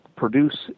produce